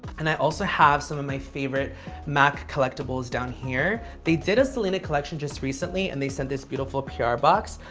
and i also have some of my favorite mac collectibles down here. they did a selena collection just recently and they sent this beautiful pr box.